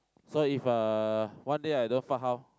so if uh one day I don't fart how